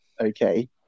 okay